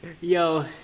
Yo